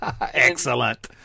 Excellent